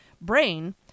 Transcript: brain